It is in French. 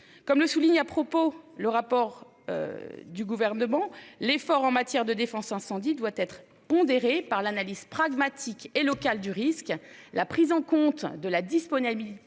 Comme le souligne à propos le rapport. Du gouvernement l'effort en matière de défense incendie doit être pondéré par l'analyse pragmatique et locales du risque, la prise en compte de la disponibilité